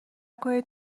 کنید